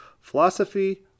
philosophy